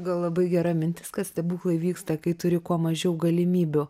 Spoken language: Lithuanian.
gal labai gera mintis kad stebuklai vyksta kai turi kuo mažiau galimybių